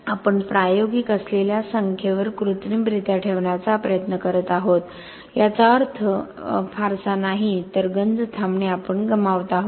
आपण प्रायोगिक असलेल्या संख्येवर कृत्रिमरीत्या ठेवण्याचा प्रयत्न करत आहोत याचा अर्थ फारसा अर्थ नाही तर गंज थांबणे आपण गमावत आहोत